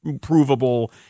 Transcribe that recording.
provable